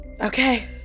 Okay